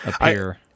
appear